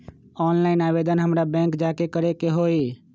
Online आवेदन हमरा bank जाके करे के होई?